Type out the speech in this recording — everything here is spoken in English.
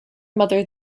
mother